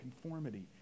conformity